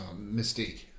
Mystique